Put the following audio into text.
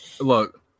look